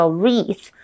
wreath